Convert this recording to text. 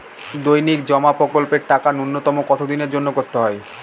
দৈনিক জমা প্রকল্পের টাকা নূন্যতম কত দিনের জন্য করতে হয়?